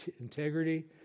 integrity